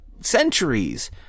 centuries